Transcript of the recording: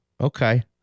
okay